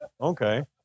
Okay